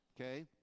Okay